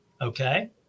Okay